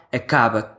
acaba